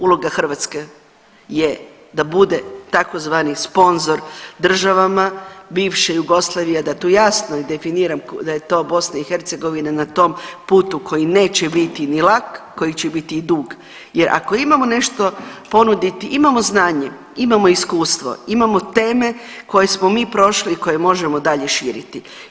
Uloga Hrvatske je da bude tzv. sponzor državama bivše Jugoslavije da tu jasno i definiram da je to BiH na tom putu koji neće biti ni lak, koji će biti i dug jer ako imamo nešto ponuditi imamo znanje, imamo iskustvo, imamo teme koje smo mi prošli i koje možemo dalje širiti.